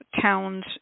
towns